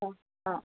ആ ആ